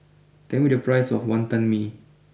tell me the price of Wantan Mee